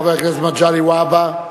חבר הכנסת מגלי והבה.